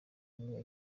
kumwe